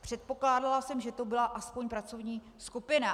Předpokládala jsem, že to byla aspoň pracovní skupina!